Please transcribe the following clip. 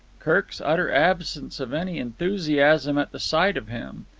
kirk's utter absence of any enthusiasm at the sight of him,